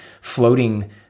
floating